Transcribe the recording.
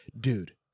dude